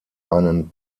einen